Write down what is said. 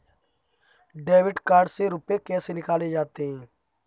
Debit card से रुपये कैसे निकाले जाते हैं?